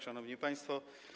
Szanowni Państwo!